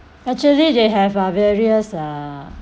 actually they have a various uh